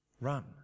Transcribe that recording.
run